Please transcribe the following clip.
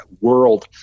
World